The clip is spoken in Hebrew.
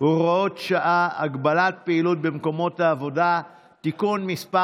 (הוראת שעה) (הגבלת פעילות במקומות עבודה) (תיקון מס'